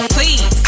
Please